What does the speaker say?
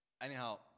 Anyhow